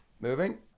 Moving